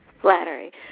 Flattery